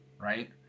right